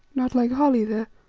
not like holly there,